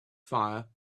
fire